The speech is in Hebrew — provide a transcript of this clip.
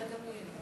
גילה גמליאל.